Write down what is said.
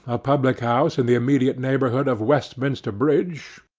a public-house in the immediate neighbourhood of westminster bridge,